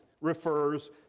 refers